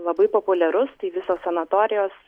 labai populiarus tai visos sanatorijos